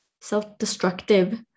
self-destructive